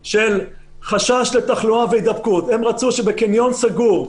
רוחבית בגלל קבוצות לחץ, לא משנה מאיזה סוג הן.